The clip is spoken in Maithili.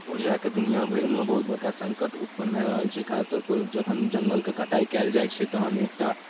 उर्जाके दुनिआभरिमे बहुत बड़का सङ्कट उत्पन्न भऽ रहल छै खासकऽ कऽ जखन जङ्गलके कटाइ कएल जाइ छै तहन एकटा